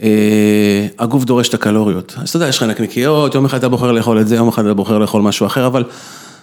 הגוף דורש את הקלוריות, אז אתה יודע, יש לך נקניקיות, יום אחד אתה בוחר לאכול את זה, יום אחד אתה בוחר לאכול משהו אחר, אבל...